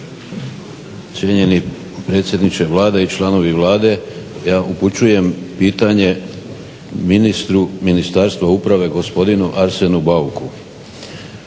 Cijenjeni predsjedniče Vlade i članovi Vlade ja upućujem pitanje ministru Ministarstva uprave gospodinu Arsenu Bauku